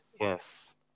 Yes